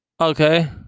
Okay